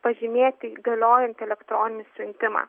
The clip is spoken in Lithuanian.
pažymėti galiojantį elektroninį siuntimą